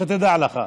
שתדע לך.